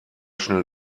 schnell